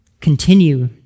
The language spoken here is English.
continue